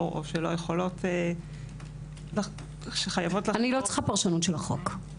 או שלא יכולות --- אני לא צריכה פרשנות של החוק.